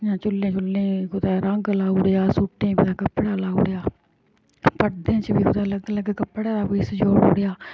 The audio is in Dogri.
जां चुल्लें शुल्लें कुदै रंग लाई उड़ेआ सूटें कुदै कपड़ा लाई ओड़ेआ परदें च बी कुदै अलग अलग कपड़ा कोई जोड़ी उड़ेआ